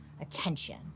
attention